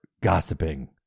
gossiping